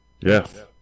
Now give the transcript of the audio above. Yes